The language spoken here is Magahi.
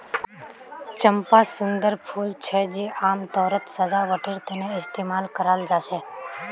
चंपा सुंदर फूल छे जे आमतौरत सजावटेर तने इस्तेमाल कराल जा छे